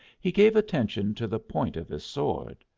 he gave attention to the point of his sword.